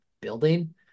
building